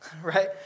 right